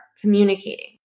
communicating